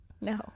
no